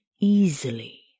easily